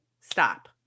stop